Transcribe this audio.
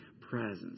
presence